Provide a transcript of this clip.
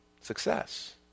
success